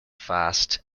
fast